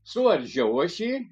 suardžiau aš jį